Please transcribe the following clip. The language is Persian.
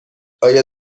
آیا